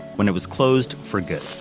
when it was closed for good.